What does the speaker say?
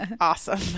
Awesome